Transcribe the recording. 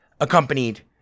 accompanied